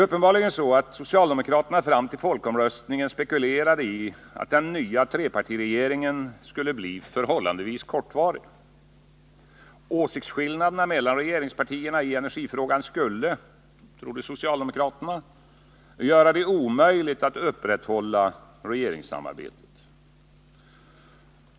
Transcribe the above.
Uppenbarligen spekulerade socialdemokraterna fram till folkomröstningen i att den nya trepartiregeringen skulle bli förhållandevis kortvarig. Åsiktsskillnaderna mellan regeringspartierna i energifrågan skulle — trodde socialdemokraterna — göra det omöjligt att upprätthålla regeringssamarbetet.